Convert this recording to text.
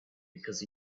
because